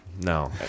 No